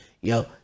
yo